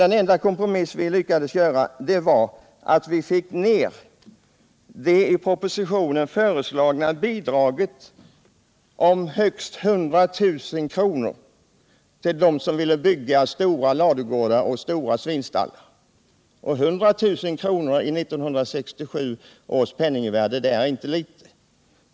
Den enda kompromiss vi då lyckades göra gällde det i propositionen föreslagna bidraget till dem som ville bygga stora ladugårdar och svinstallar där propositionen föreslagit bidrag upp till 100 000 kr. 100 000 kr. i 1967 års penningvärde var inte litet.